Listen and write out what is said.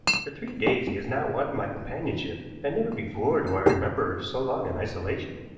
for three days he has not wanted my companionship, and never before do i remember so long an isolation.